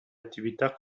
attività